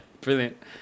Brilliant